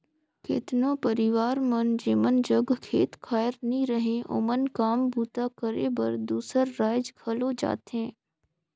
केतनो परिवार मन जेमन जग खेत खाएर नी रहें ओमन काम बूता करे बर दूसर राएज घलो जाथें